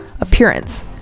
appearance